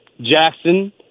Jackson